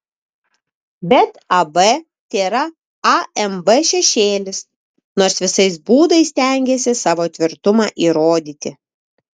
bet ab tėra amb šešėlis nors visais būdais stengiasi savo tvirtumą įrodyti